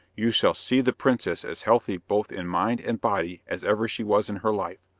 you shall see the princess as healthy both in mind and body as ever she was in her life.